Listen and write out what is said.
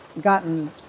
gotten